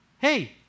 Hey